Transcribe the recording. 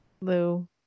lou